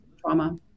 trauma